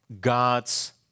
God's